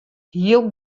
hiel